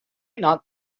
not